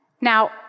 Now